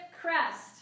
crest